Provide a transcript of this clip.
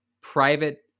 private